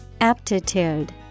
Aptitude